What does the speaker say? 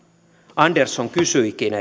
andersson kysyikin